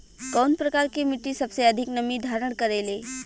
कउन प्रकार के मिट्टी सबसे अधिक नमी धारण करे ले?